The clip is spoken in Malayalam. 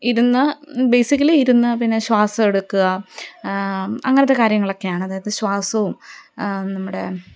ഇരുന്ന് ബേസിക്കലി ഇരുന്ന് പിന്നെ ശ്വാസം എടുക്കുക അങ്ങനത്തെ കാര്യങ്ങളൊക്കെയാണ് അതായത് ശ്വാസവും നമ്മുടെ